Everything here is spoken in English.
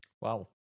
Wow